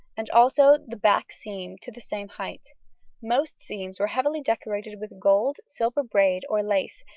and also the back seam to the same height most seams were heavily decorated with gold, silver braid, or lace,